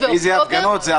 אז מי כן התנגד?